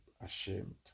ashamed